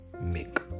make